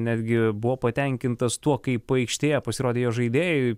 netgi buvo patenkintas tuo kaip aikštėje pasirodė jo žaidėjai